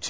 to